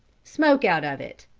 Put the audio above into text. smoke out of it.